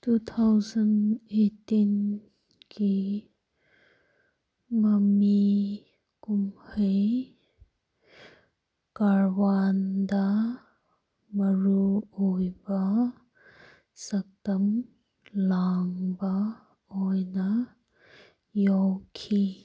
two thousand ꯑꯦꯠꯇꯤꯟꯒꯤ ꯃꯃꯤ ꯀꯨꯝꯍꯩ ꯀꯥꯔꯋꯥꯟꯗ ꯃꯔꯨꯑꯣꯏꯕ ꯁꯛꯇꯝ ꯂꯥꯡꯕ ꯑꯣꯏꯅ ꯌꯥꯎꯈꯤ